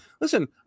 Listen